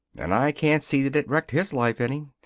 and i can't see that it wrecked his life any.